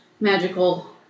magical